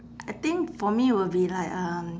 I think for me will be like um